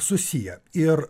susiję ir